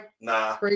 Nah